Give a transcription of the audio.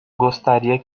gostaria